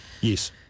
Yes